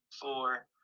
four